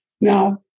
Now